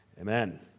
Amen